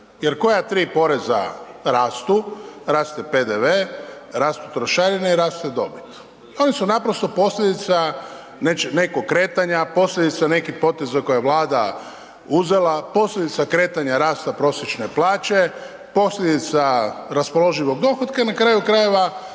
Jer koja tri poreza rastu, raste PDV, rastu trošarine i raste dobit. Oni su naprosto posljedica nekog kretanja, posljedica nekih poteza koje Vlada uzela, posljedica kretanja rasta prosječne plaće, posljedica raspoloživog dohotka i na kraju krajeva